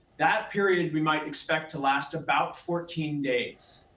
that period we might expect to last about fourteen days.